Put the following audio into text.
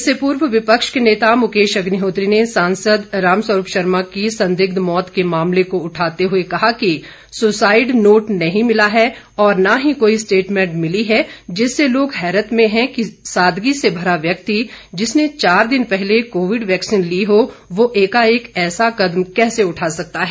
इससे पूर्व विपक्ष के नेता मुकेश अग्निहोत्री ने सांसद रामस्वरूप शर्मा की संदिग्ध मौत के मामले को उठाते हुए कहा कि सुसाइड नोट नहीं मिला है और न ही कोई स्टेटमेंट मिली है जिससे लोग हैरत में हैं कि सादगी से भरा व्यक्ति जिसने चार दिन पहले कोविड वेक्सीन ली वह एकाएक ऐसा कदम कैसे उठा सकता है